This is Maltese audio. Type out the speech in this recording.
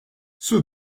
sur